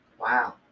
wow